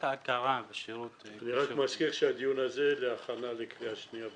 אני רק מזכיר שהדיון הזה להכנה לקריאה שנייה ושלישית,